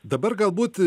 dabar galbūt